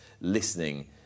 listening